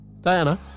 Diana